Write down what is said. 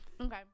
Okay